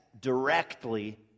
directly